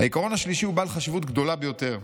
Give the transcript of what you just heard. "העיקרון השלישי הוא בעל חשיבות גדולה ביותר"